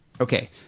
Okay